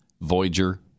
Voyager